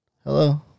Hello